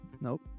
Nope